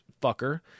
fucker